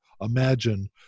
imagine